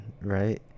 right